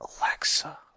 Alexa